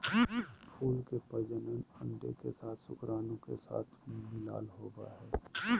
फूल के प्रजनन अंडे के साथ शुक्राणु के साथ मिलला होबो हइ